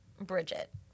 Bridget